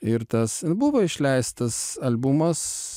ir tas nu buvo išleistas albumas